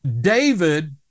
David